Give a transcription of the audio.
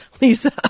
lisa